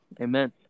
Amen